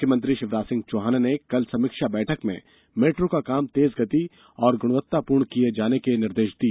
मुख्यमंत्री शिवराज सिंह चौहान ने कल समीक्षा बैठक में मेट्रो का काम तेज गति और गुणवत्तापूर्ण किये जाने के निर्देष दिए